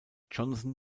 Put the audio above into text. johnson